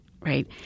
right